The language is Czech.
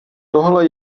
tohle